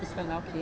iskandar okay